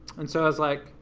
and so i was like,